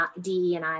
DEI